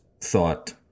thought